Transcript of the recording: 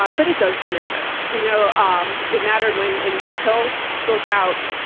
ah but it does matter. you know um it mattered when anita hill spoke out,